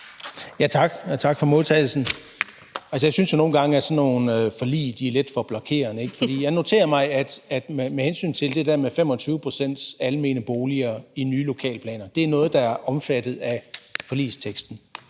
Tak, og tak for modtagelsen. Jeg synes nogle gange, at sådan nogle forlig er lidt for blokerende, for jeg noterer mig, at det der med 25 pct. almene boliger i nye lokalplaner, er noget, der er omfattet af forligsteksten.